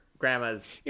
Grandma's